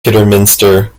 kidderminster